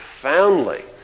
profoundly